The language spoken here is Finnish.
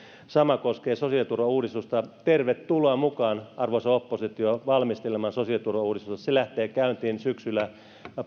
sama koskee sosiaaliturvauudistusta tervetuloa mukaan arvoisa oppositio valmistelemaan sosiaaliturvauudistusta se lähtee käyntiin syksyllä